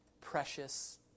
precious